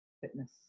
fitness